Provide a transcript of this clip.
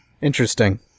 Interesting